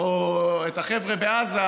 או את החבר'ה בעזה,